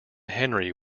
henri